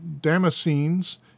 Damascenes